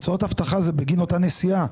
- הוצאות אבטחה זה בגין אותה נסיעה.